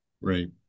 Right